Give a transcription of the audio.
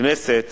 הכנסת